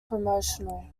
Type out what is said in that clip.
promotional